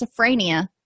schizophrenia